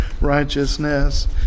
righteousness